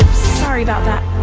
sorry about that.